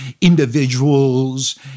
individuals